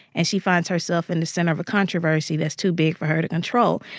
and she finds herself in the center of a controversy that's too big for her to control.